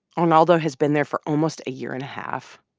arnaldo has been there for almost a year and a half,